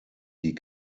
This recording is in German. die